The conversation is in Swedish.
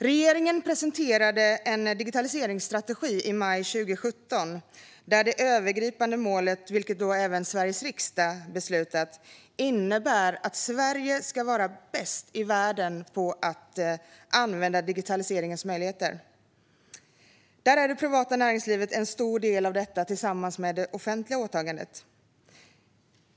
Regeringen presenterade en digitaliseringsstrategi i maj 2017, där det övergripande målet, som även Sveriges riksdag beslutat om, innebär att Sverige ska vara bäst i världen på att använda digitaliseringens möjligheter. Det privata näringslivet är en stor del av detta, tillsammans med det offentliga åtagandet.